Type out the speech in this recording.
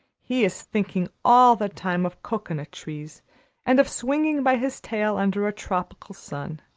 he is thinking all the time of cocoanut trees and of swinging by his tail under a tropical sun.